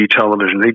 television